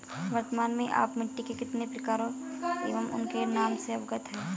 वर्तमान में आप मिट्टी के कितने प्रकारों एवं उनके नाम से अवगत हैं?